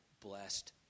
blessed